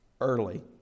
Early